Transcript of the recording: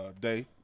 Day